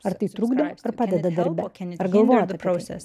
ar tai trukdo ar padeda darbe ar galvojat apie procesą